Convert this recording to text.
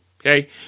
Okay